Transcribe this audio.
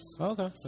Okay